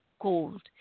gold